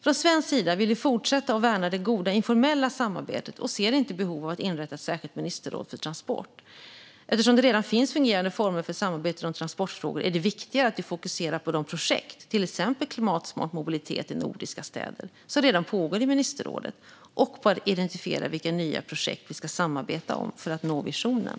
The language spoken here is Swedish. Från svensk sida vill vi fortsätta att värna det goda informella samarbetet och ser inte behov av att inrätta ett särskilt ministerråd för transport. Eftersom det redan finns fungerande former för samarbetet om transportfrågor är det viktigare att vi fokuserar på de projekt, till exempel klimatsmart mobilitet i nordiska städer, som redan pågår i ministerrådet och på att identifiera vilka nya projekt vi ska samarbeta om för att nå visionen.